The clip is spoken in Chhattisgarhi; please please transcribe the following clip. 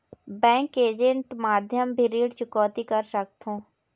बैंक के ऐजेंट माध्यम भी ऋण चुकौती कर सकथों?